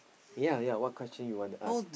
yea yea what question you want to ask